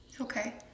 Okay